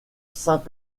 saint